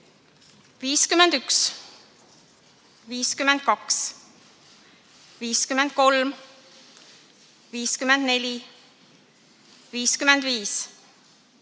51, 52, 53, 54, 55,